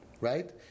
Right